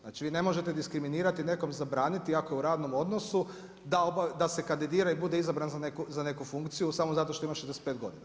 Znači vi ne možete diskriminirati, nekom zabraniti, ako je u radnom odnosu, da se kandidira i bude izabran za neku funkciju, samo zato što ima 65 godina.